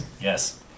Yes